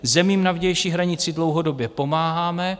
Zemím na vnější hranici dlouhodobě pomáháme.